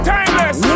Timeless